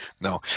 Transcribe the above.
No